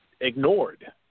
ignored